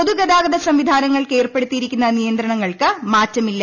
പൊതുഗതാഗത സംവിധാനങ്ങൾക്ക് ഏർപ്പെടുത്തിയിരിക്കുന്ന നിയന്ത്രണങ്ങളിൽ മാറ്റമില്ല